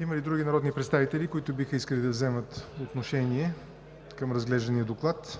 Има ли други народни представители, които биха искали да вземат отношение към разглеждания доклад?